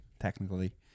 technically